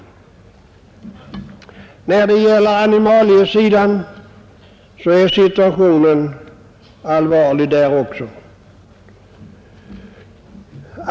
Även när det gäller animaliesidan är situationen allvarlig.